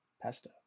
pasta